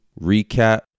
recap